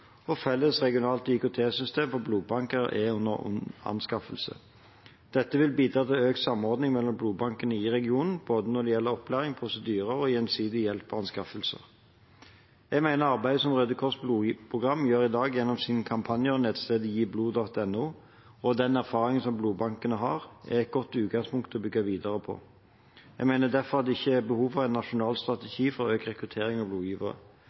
og felles regionalt IKT-system for blodbanker er under anskaffelse. Dette vil bidra til økt samordning mellom blodbankene i regionen når det gjelder både opplæring, prosedyrer og gjensidig hjelp og anskaffelser. Jeg mener arbeidet som Røde Kors’ blodgiverprogram gjør i dag gjennom sine kampanjer, nettstedet GiBlod.no og den erfaringen som blodbankene har, er et godt utgangspunkt å bygge videre på. Jeg mener derfor at det ikke er behov for en nasjonal strategi for økt rekruttering av blodgivere.